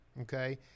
okay